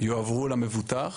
יועברו למבוטח